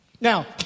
Now